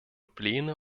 pläne